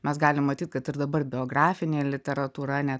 mes galim matyt kad ir dabar biografinė literatūra net